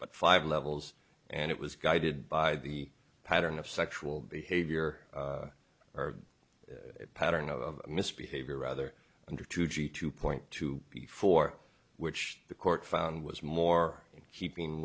but five levels and it was guided by the pattern of sexual behavior or pattern of misbehavior rather under two g two point two before which the court found was more in keeping